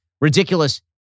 ridiculous